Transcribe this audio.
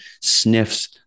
sniffs